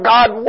God